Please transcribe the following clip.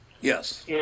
Yes